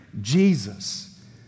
Jesus